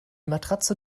matratze